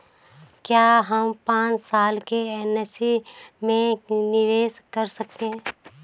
क्या हम पांच साल के लिए एन.एस.सी में निवेश कर सकते हैं?